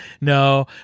No